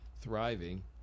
thriving